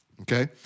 Okay